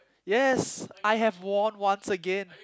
yes I have won once again